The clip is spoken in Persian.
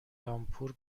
لامپور